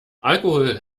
alkohol